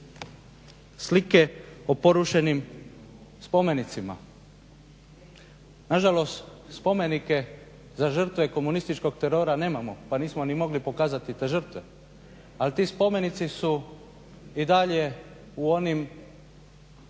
slike o porušenim spomenicima, nažalost spomenike za žrtve komunističkog terora nemamo pa nismo ni mogli pokazati te žrtve, ali ti spomenici su i dalje u onim